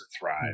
thrive